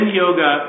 yoga